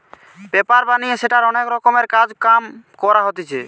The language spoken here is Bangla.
পেপার বানিয়ে সেটার অনেক রকমের কাজ কাম করা হতিছে